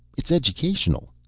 it's educational.